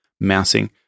mousing